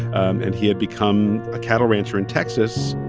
um and he had become a cattle rancher in texas.